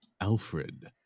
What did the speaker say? Alfred